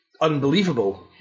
unbelievable